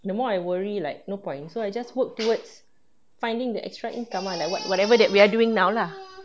the more I worry like no point so I just worked towards finding the extra income ah like what~ whatever we are doing now lah